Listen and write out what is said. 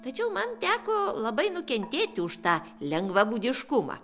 tačiau man teko labai nukentėti už tą lengvabūdiškumą